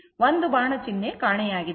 ಒಂದು ಬಾಣ ಚಿಹ್ನೆ ಕಾಣೆಯಾಗಿದೆ